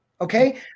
okay